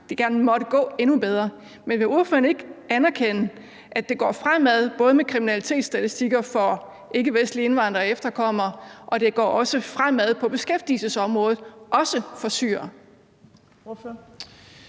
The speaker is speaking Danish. det gerne måtte gå endnu bedre. Men vil ordføreren ikke anerkende, at det både går fremad med hensyn til kriminalitetsstatistikkerne for ikkevestlige indvandrere og efterkommere, og at det også går fremad på beskæftigelsesområdet, også for syrere?